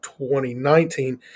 2019